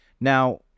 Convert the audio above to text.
Now